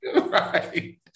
Right